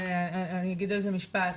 אני אגיד על זה משפט.